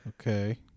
Okay